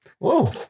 Whoa